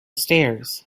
stairs